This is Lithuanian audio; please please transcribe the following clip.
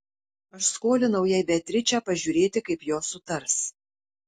aš skolinau jai beatričę pažiūrėti kaip jos sutars